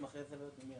המשטרה.